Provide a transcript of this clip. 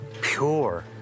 pure